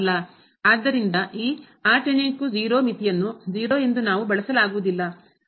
ಆದ್ದರಿಂದ ಈ ಮಿತಿಯನ್ನು 0 ಎಂದು ನಾವು ಬಳಸಲಾಗುವುದಿಲ್ಲ